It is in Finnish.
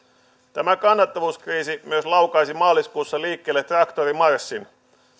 tämä kannattavuuskriisi myös laukaisi maaliskuussa liikkeelle traktorimarssin